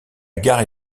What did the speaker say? gare